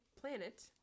planet